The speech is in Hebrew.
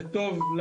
זה טוב גם